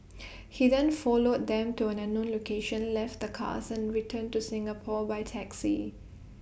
he then followed them to an unknown location left the cars and returned to Singapore by taxi